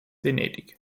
venedig